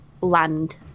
land